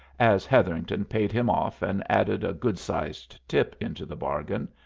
as hetherington paid him off and added a good-sized tip into the bargain.